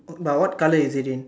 but what colour is it in